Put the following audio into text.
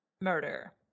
murder